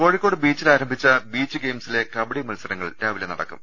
കോഴിക്കോട് ബീച്ചിൽ ആരംഭിച്ച ബീച്ച് ഗെയിംസിലെ കബഡി മത്സരങ്ങൾ രാവിലെ നടക്കും